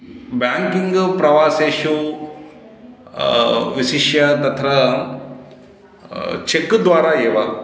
banking प्रवासेषु विशिष्य तत्र चेक्द्वारा एव